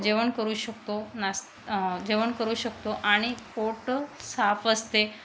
जेवण करू शकतो नास् जेवण करू शकतो आणि पोट साफ असते